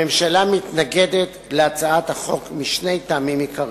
הממשלה מתנגדת להצעת החוק משני טעמים עיקריים.